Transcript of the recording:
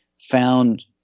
found